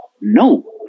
no